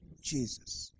Jesus